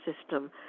system